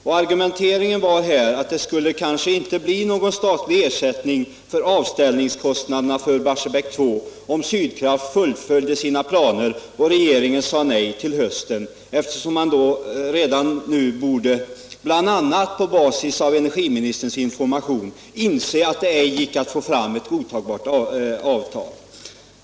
Det argument som angavs var att det kanske inte skulle bli någon statlig ersättning för avställningskostnaderna när det gäller Barsebäck 2 om Sydkraft fullföljde sina planer och regeringen sade nej till hösten — eftersom man redan nu, bl.a. på basis av energiministerns information, borde inse att det inte gick att få fram ett godtagbart avtal.